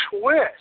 twist